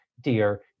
dear